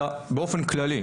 אלא באופן כללי,